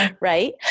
Right